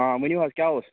آ ؤنِو حظ کیٛاہ اوس